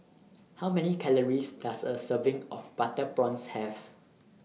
How Many Calories Does A Serving of Butter Prawns Have